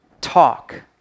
talk